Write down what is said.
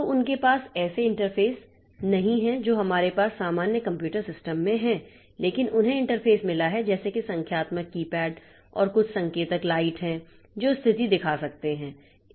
तो उनके पास ऐसे इंटरफेस नहीं हैं जो हमारे पास सामान्य कंप्यूटर सिस्टम में हैं लेकिन उन्हें इंटरफेस मिला है जैसे कि संख्यात्मक कीपैड और कुछ संकेतक लाइट है जो स्थिति दिखा सकते हैं